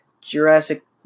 Jurassic